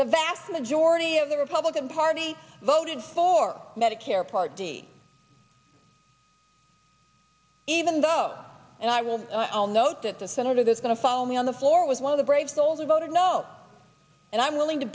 the vast majority of the republican party voted for medicare part d even though and i will i'll note that the senator that's going to follow me on the floor was one of the brave souls voted no and i'm willing to